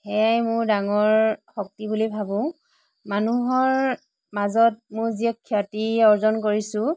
সেইয়াই মোৰ ডাঙৰ শক্তি বুলি ভাবোঁ মানুহৰ মাজত মোৰ যি খ্যাতি অৰ্জন কৰিছোঁ